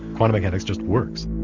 quantum mechanics just works.